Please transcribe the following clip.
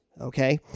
okay